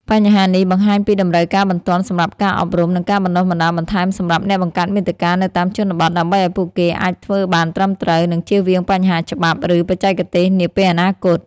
បញ្ហានេះបង្ហាញពីតម្រូវការបន្ទាន់សម្រាប់ការអប់រំ និងការបណ្តុះបណ្តាលបន្ថែមសម្រាប់អ្នកបង្កើតមាតិកានៅតាមជនបទ ដើម្បីឲ្យពួកគេអាចធ្វើបានត្រឹមត្រូវ និងចៀសវាងបញ្ហាច្បាប់ ឬបច្ចេកទេសនាពេលអនាគត។